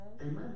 Amen